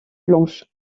blanches